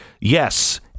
Yes